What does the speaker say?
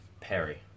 Perry